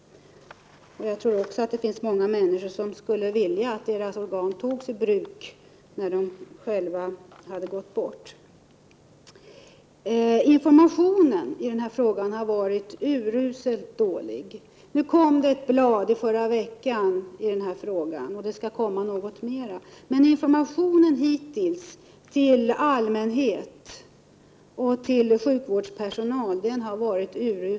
Jag tror också att det finns många människor som skulle vilja att deras organ togs i bruk när de själva gått bort. Informationen hittills till allmänheten och till sjukvårdspersonalen i den här frågan har varit urusel — låt vara att det kom ett blad i den här saken förra veckan och att det skall komma något mer.